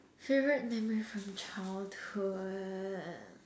favourite memory from childhood